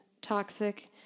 toxic